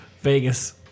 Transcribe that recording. Vegas